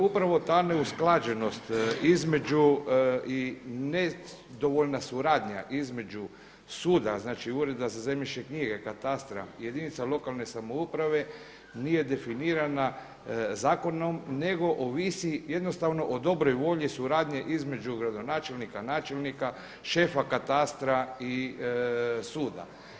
Upravo ta neusklađenost između i nedovoljna suradnja između suda, znači Ureda za zemljišne knjige, katastra, jedinica lokalne samouprave nije definirana zakonom nego ovisi jednostavno o dobroj volji suradnje između gradonačelnika, načelnika, šefa katastra i suda.